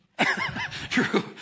true